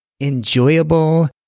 enjoyable